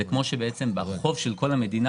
זה כמו שאת החוב של כל המדינה,